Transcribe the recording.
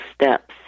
steps